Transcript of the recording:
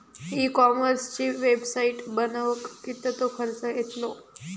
E कॉमर्सची website बनवक किततो खर्च येतलो?